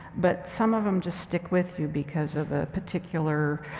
but, some of them just stick with you because of a particular.